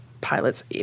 pilots